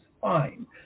fine